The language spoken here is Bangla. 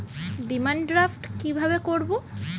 ডিমান ড্রাফ্ট কীভাবে করব?